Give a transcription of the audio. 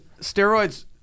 steroids